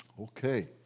Okay